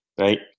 right